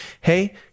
Hey